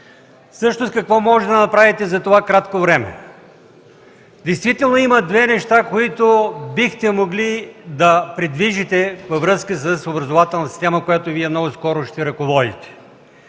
Всъщност какво може да направите за това кратко време? Действително има две неща, които бихте могли да придвижите във връзка с образователната система, която Вие много скоро ще ръководите.